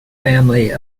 family